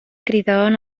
cridaven